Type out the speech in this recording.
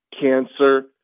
cancer